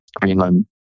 Greenland